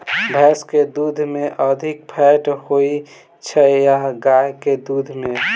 भैंस केँ दुध मे अधिक फैट होइ छैय या गाय केँ दुध में?